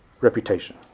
reputation